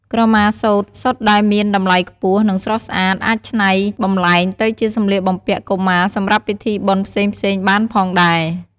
ក្រមាសូត្រសុទ្ធដែលមានតម្លៃខ្ពស់ និងស្រស់ស្អាត អាចច្នៃបម្លែងទៅជាសម្លៀកបំពាក់កុមារសម្រាប់ពិធីបុណ្យផ្សេងៗបានផងដែរ។